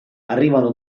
arrivano